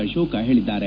ಅಶೋಕ ಹೇಳಿದ್ದಾರೆ